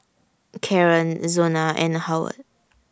Karren Zona and Howard